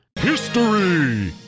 history